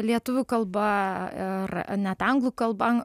lietuvių kalba ir net anglų kalba